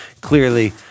clearly